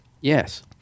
Yes